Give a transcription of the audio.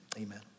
amen